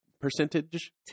percentage